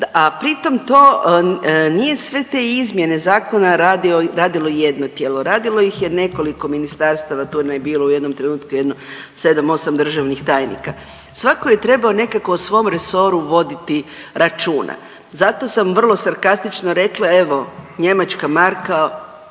a pritom to nije sve te izmjene zakona radilo jedno tijelo, radilo ih je nekoliko ministarstava tu vam je bilo u jednom trenutku jedno 7-8 državnih tajnika. Svako je trebao nekako o svom resoru voditi računa. Zato sam vrlo sarkastično rekla evo njemačka marka